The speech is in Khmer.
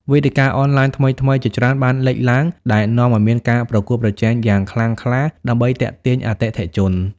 វេទិកាអនឡាញថ្មីៗជាច្រើនបានលេចឡើង ដែលនាំឱ្យមានការប្រកួតប្រជែងយ៉ាងខ្លាំងក្លាដើម្បីទាក់ទាញអតិថិជន។